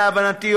להבנתי,